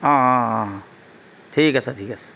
অঁ অঁ অঁ ঠিক আছে ঠিক আছে